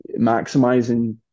maximizing